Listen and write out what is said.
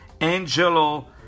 Angelo